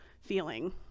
feeling